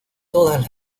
todas